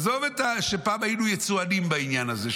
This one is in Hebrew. עזוב שפעם היינו יצואנים בעניין הזה,